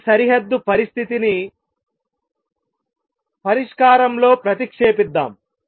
ఈ సరిహద్దు పరిస్థితిని పరిష్కారం లో ప్రతిక్షేపిద్దాం